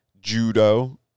Judo